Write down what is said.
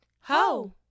ho